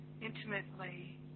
intimately